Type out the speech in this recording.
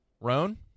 Roan